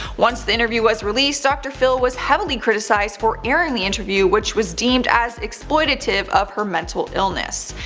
once the interview was released, dr phil was heavily criticized for airing the interview which was deemed as exploitative of her mental illness.